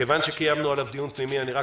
כבר קיימנו דיון פנימי אודות המסמך.